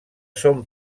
són